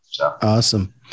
Awesome